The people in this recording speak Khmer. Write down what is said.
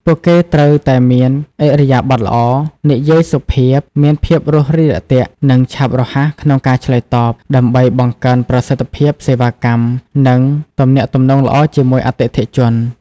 ពួកគេត្រូវតែមាន ឥរិយាបថល្អ និយាយសុភាព មានភាពរួសរាយរាក់ទាក់ និងឆាប់រហ័សក្នុងការឆ្លើយតប ដើម្បីបង្កើនប្រសិទ្ធភាពសេវាកម្ម និងទំនាក់ទំនងល្អជាមួយអតិថិជន។